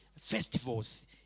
festivals